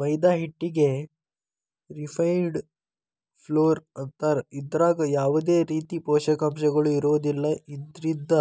ಮೈದಾ ಹಿಟ್ಟಿಗೆ refined flour ಅಂತಾರ, ಇದ್ರಾಗ ಯಾವದೇ ರೇತಿ ಪೋಷಕಾಂಶಗಳು ಇರೋದಿಲ್ಲ, ಇದ್ರಿಂದ